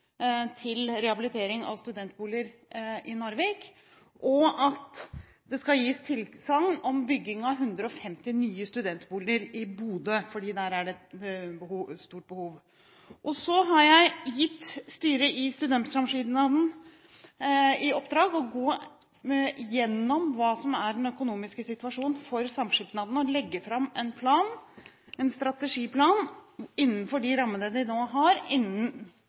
til rehabilitering av studentboliger i Narvik – og det skal gis tilsagn om bygging av 150 nye studentboliger i Bodø, fordi der er det et stort behov. Så har jeg gitt styret i studentsamskipnaden i oppdrag å gå igjennom den økonomiske situasjonen for samskipnadene og legge fram en plan, en strategiplan, innenfor de rammene de nå har, innen